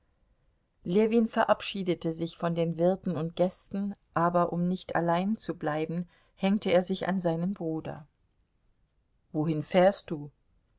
ljewin verabschiedete sich von den wirten und gästen aber um nicht allein zu bleiben hängte er sich an seinen bruder wohin fährst du